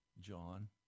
John